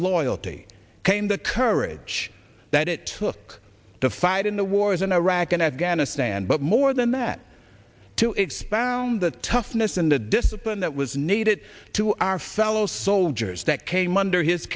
loyalty came the courage that it took the fight in the wars in iraq and afghanistan but more than that to expound the toughness and the discipline that was needed to our fellow soldiers that came under his